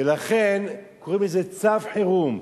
ולכן קוראים לזה צו חירום.